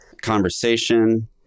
conversation